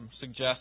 Suggest